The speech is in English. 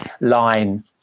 line